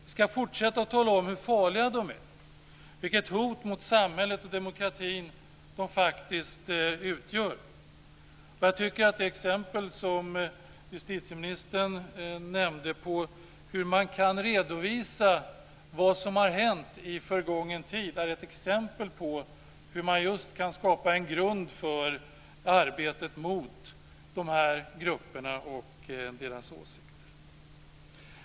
Vi ska fortsätta att tala om hur farliga de är, vilket hot mot samhället och demokratin de faktiskt utgör. Det exempel som justitieministern nämnde om hur man kan redovisa vad som har hänt i förgången tid är ett exempel på hur man kan skapa en grund för arbetet mot dessa grupper och deras åsikter.